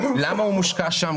למה הוא מושקע שם,